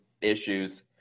issues